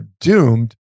doomed